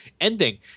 ending